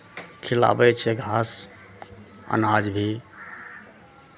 खिलाबै छै घास अनाज भी